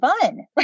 fun